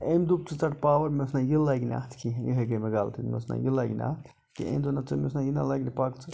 أمۍ دوٚپ ژٕ ژَٹھ پاوَر مےٚ ووٚنُس نہَ یہِ لَگنہِ اتھ کِہیٖنۍ یِہے گٔے مےٚ غَلطی مےٚ ووٚنُس نہَ یہِ لَگنہِ اتھ کِہیٖنۍ أمۍ دوٚپ نہ ژٕ مےٚ ووٚنُس نہَ یہِ نہَ لَگہِ نہٕ پَکہ ژٕ